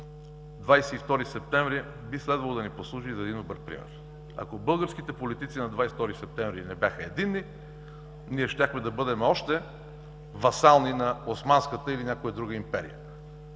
22 септември би следвало да ни послужи за един добър пример. Ако българските политици на 22 септември не бяха единни, ние щяхме да бъдем още васални на Османската или някоя друга империя.